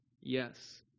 Yes